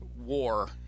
war